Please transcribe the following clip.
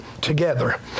together